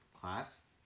class